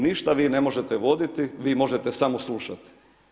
Ništa vi ne možete voditi, vi možete samo slušat.